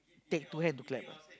take two hand to clap